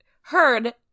heard